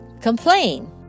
complain